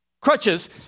Crutches